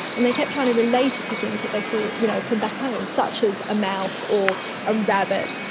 and they kept trying to relate it to things that they saw you know from back home, such as a mouse or a rabbit,